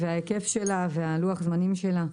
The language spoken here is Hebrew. ההיקף שלה ולוח הזמנים שלה.